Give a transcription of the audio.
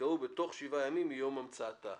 יקראו "בתוך שבעה ימים מיום המצאתה".